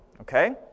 okay